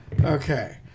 Okay